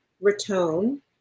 Raton